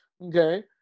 okay